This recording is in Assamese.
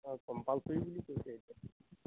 অঁ কম্পালচৰী বুলি কৈছে এতিয়া